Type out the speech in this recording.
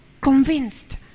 convinced